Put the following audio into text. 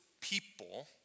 people